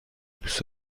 دوس